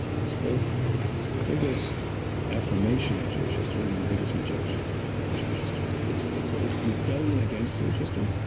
it's both the biggest affirmation of jewish history, and the biggest rejection of jewish history. it's ah it's a rebellion against jewish history,